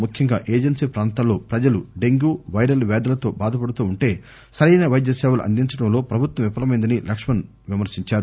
ముఖ్యంగా ఏజెన్సీ ప్రాంతాల్లో ప్రజలు డెంగ్యూ వైరల్ వ్యాధులతో బాధపడుతుంటే సరైన వైద్య సేవలు అందించడంలో ప్రభుత్వం విఫలమైందని లక్ష్మణ్ ఆరోపించారు